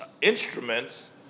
instruments